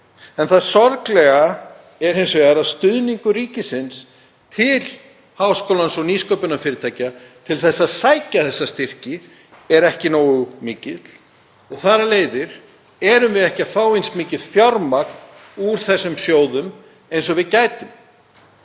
Það sorglega er hins vegar að stuðningur ríkisins til háskólans og nýsköpunarfyrirtækja, til að sækja þessa styrki, er ekki nógu mikill og þar af leiðandi erum við ekki að fá eins mikið fjármagn úr þessum sjóðum og við gætum.